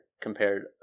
compared